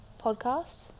podcast